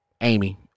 Amy